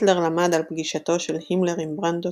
היטלר למד על פגישתו של הימלר עם ברנדוט